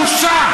בושה.